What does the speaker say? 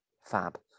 fab